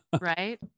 right